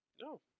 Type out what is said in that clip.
no